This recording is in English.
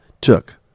took